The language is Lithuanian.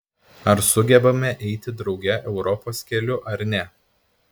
ar sugebame eiti drauge europos keliu ar ne